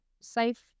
safe